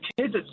kids